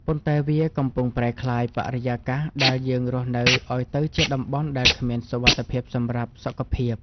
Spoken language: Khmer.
ប៉ុន្តែវាកំពុងប្រែក្លាយបរិយាកាសដែលយើងរស់នៅឱ្យទៅជាតំបន់ដែលគ្មានសុវត្ថិភាពសម្រាប់សុខភាព។